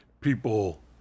people